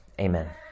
Amen